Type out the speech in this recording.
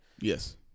Yes